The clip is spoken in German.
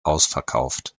ausverkauft